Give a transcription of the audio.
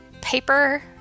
paper